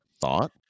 thought